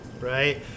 right